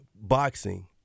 boxing